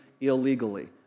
illegally